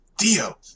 Dio